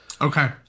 Okay